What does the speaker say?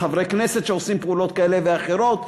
חברי כנסת שעושים פעולות כאלה ואחרות,